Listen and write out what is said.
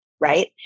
Right